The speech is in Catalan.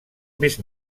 més